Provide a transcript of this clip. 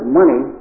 money